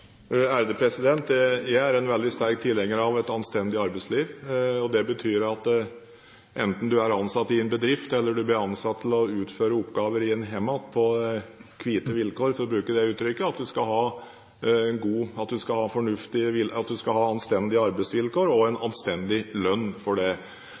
gode tiltak? Jeg er en veldig sterk tilhenger av et anstendig arbeidsliv. Det betyr at enten du er ansatt i en bedrift, eller du er ansatt til å utføre oppgaver i et hjem på hvite vilkår – for å bruke det uttrykket – skal du ha anstendige arbeidsvilkår og en anstendig lønn. Det er viktig. Man er jo gitt muligheten gjennom f.eks. sjablongfradrag for